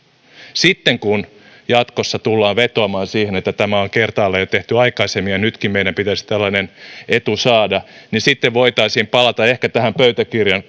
sitten kun jatkossa tullaan vetoamaan siihen että tämä on jo kertaalleen tehty aikaisemmin ja nytkin meidän pitäisi tällainen etu saada voitaisiin palata ehkä tähän pöytäkirjan